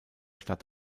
stadt